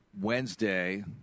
Wednesday